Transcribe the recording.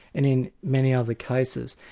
and in many other cases.